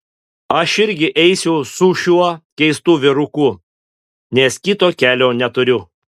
aš irgi eisiu su šiuo keistu vyruku nes kito kelio neturiu